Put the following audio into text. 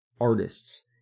artists